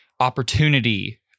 opportunity